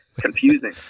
confusing